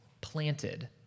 planted